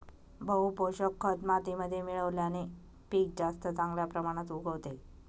बहू पोषक खत मातीमध्ये मिळवल्याने पीक जास्त चांगल्या प्रमाणात उगवते